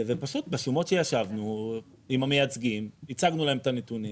בשומות שישבנו עם המייצגים הצגנו להם את הנתונים